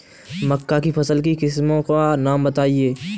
मक्का की फसल की किस्मों का नाम बताइये